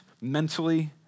mentally